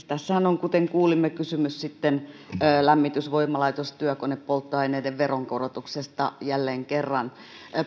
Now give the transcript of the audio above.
tässähän on kuten kuulimme kysymys sitten lämmitys voimalaitos ja työkonepolttoaineiden veronkorotuksesta jälleen kerran